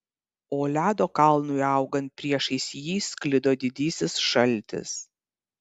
o ledo kalnui augant priešais jį sklido didysis šaltis